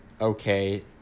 okay